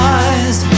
eyes